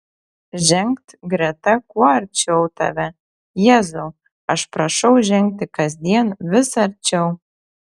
žengt greta kuo arčiau tave jėzau aš prašau žengti kasdien vis arčiau